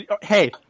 hey